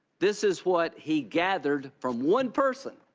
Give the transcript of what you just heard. this is what he gathered from one person.